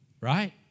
right